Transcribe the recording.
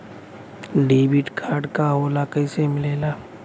Debit card का होला कैसे मिलेला?